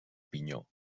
pinyó